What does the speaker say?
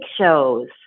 shows